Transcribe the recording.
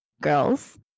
girls